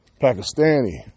Pakistani